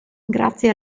grazie